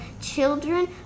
children